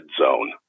Zone